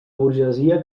burgesia